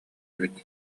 эбит